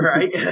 Right